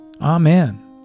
Amen